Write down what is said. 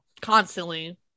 Constantly